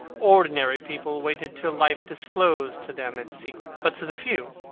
ordinary people waited till life disclosed to them its secrets, but to the few,